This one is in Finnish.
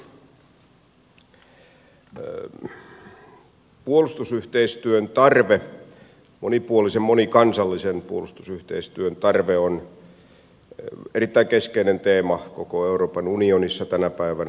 puolustusyhteistyön tarve monipuolisen monikansallisen puolustusyhteistyön tarve on erittäin keskeinen teema koko euroopan unionissa tänä päivänä